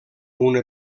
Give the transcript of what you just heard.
una